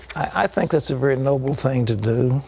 i think that's a very noble thing to do.